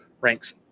ranks